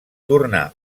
tornà